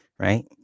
Right